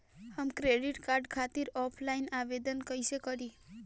हम credit card खातिर offline आवेदन कइसे करि?